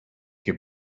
your